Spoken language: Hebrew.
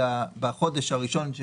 בשאלה של העברה.